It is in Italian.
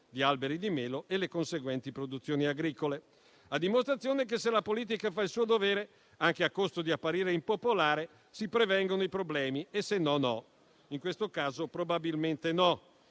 di alberi di melo e le conseguenti produzioni agricole. Questo a dimostrazione che, se la politica fa il suo dovere, anche a costo di apparire impopolare, si prevengono i problemi, altrimenti no. In questo caso, probabilmente no.